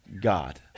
God